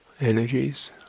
energies